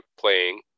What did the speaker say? playing